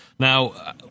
Now